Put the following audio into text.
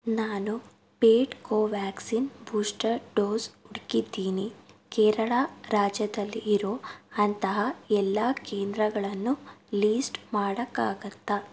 ನಾನು paid Covaxin booster dose ಹುಡುಕಿದ್ದೀನಿ ಕೇರಳ ರಾಜ್ಯದಲ್ಲಿ ಇರೊ ಅಂತಹ ಎಲ್ಲ ಕೇಂದ್ರಗಳನ್ನು ಲೀಸ್ಟ್ ಮಾಡೋಕ್ಕಾಗತ್ತ